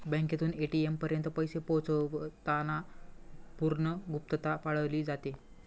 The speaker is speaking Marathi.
बँकेतून ए.टी.एम पर्यंत पैसे पोहोचवताना पूर्ण गुप्तता पाळली जाते